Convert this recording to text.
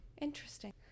interesting